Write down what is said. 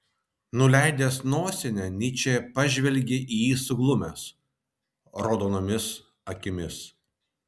nuleidęs nosinę nyčė pažvelgė į jį suglumęs raudonomis akimis